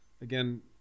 again